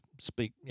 speak